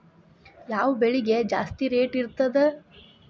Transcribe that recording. ಯಾವ ಬೆಳಿಗೆ ಜಾಸ್ತಿ ರೇಟ್ ಇರ್ತದ?